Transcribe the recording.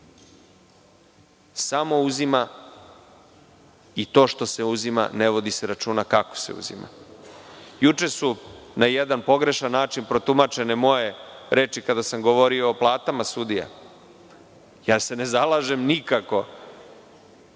samo uzima i to što se uzima ne vodi se računa kako se uzima. Juče su na jedan pogrešan način protumačene moje reči kada sam govorio o platama sudija. Ja se nikako